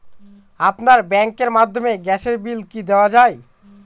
আপনার ব্যাংকের মাধ্যমে গ্যাসের বিল কি দেওয়া য়ায়?